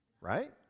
right